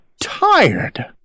tired